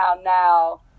now